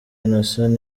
innocent